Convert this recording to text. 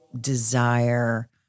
desire